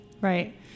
right